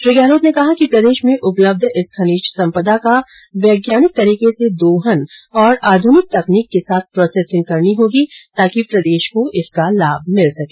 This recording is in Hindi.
श्री गहलोत ने कहा कि प्रदेश में उपलब्ध इस खनिज संपदा का वैज्ञानिक तरीके से दोहन और आध्निक तकनीक के साथ प्रोसेसिंग करनी होगी ताकि प्रदेश को इसका लाभ मिल सके